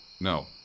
No